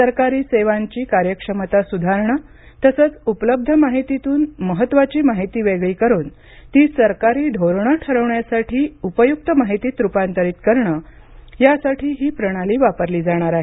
सरकारी सेवांची कार्यक्षमता सुधारणं तसंच उपलब्ध माहितीतून महत्त्वाची माहिती वेगळी करून ती सरकारी धोरणं ठरवण्यासाठी उपयुक्त माहितीत रुपांतरित करणं यासाठी ही प्रणाली वापरली जाणार आहे